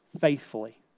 faithfully